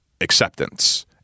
acceptance